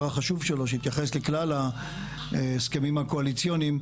החשוב שלו שהתייחס לכלל ההסכמים הקואליציוניים,